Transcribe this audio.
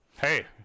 hey